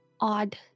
Odd